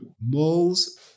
Moles